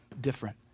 different